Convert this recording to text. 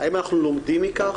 האם אנחנו לומדים מכך?